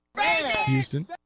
Houston